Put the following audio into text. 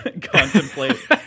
Contemplate